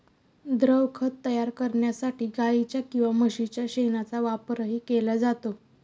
द्रवखत तयार करण्यासाठी गाईच्या किंवा म्हशीच्या शेणाचा वापरही केला जातो